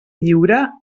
lliure